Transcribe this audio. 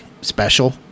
special